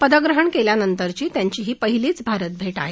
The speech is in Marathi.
पदग्रहण केल्यानंतरची त्यांची ही पहिलीच भारतभेट आहे